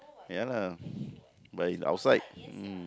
ya lah but in outside mm